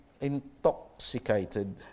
intoxicated